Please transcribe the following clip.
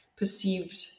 perceived